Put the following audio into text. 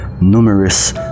numerous